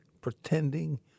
pretending